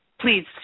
please